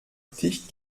tisch